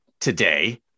today